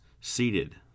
seated